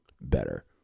better